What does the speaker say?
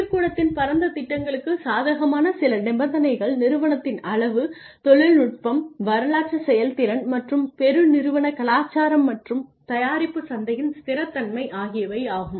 தொழிற்கூடத்தின் பரந்த திட்டங்களுக்குச் சாதகமான சில நிபந்தனைகள் நிறுவனத்தின் அளவு தொழில்நுட்பம் வரலாற்றுச் செயல்திறன் மற்றும் பெருநிறுவன கலாச்சாரம் மற்றும் தயாரிப்பு சந்தையின் ஸ்திரத்தன்மை ஆகியவை ஆகும்